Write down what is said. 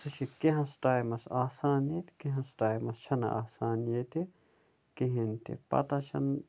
سُہ چھُ کیٚنٛہَس ٹایمَس آسان ییٚتہِ کیٚنٛہَس ٹایمَس چھَنہٕ آسان ییٚتہِ کِہیٖنٛۍ تہِ پَتہٕ چھےٚ نہٕ